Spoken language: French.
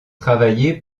travaillé